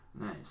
Nice